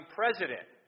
president